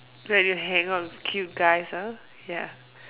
when you hang out with cute guys ah ya